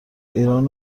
ایران